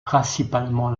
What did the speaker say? principalement